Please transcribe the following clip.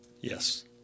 Yes